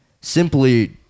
simply